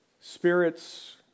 spirits